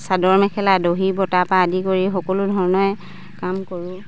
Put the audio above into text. চাদৰ মেখেলা দহি বতা পা আদি কৰি সকলো ধৰণে কাম কৰোঁ